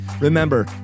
Remember